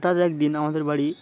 হঠাৎ একদিন আমাদের বাড়ি